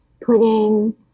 putting